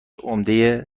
عمده